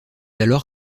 alors